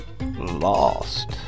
lost